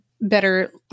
better